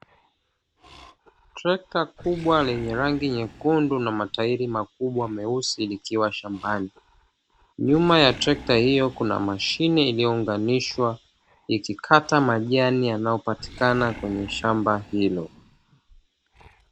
Trekta kubwa lenye rangi nyekundu na matairi makubwa meusi likiwa shambani, nyuma ya trekta hiyo Kuna mashine iliyounganishwa ikikata majani yanayopatikana kwenye shamba hilo.